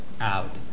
out